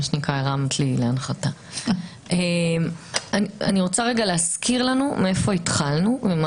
אני רוצה להזכיר לנו מאיפה התחלנו ומה